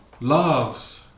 loves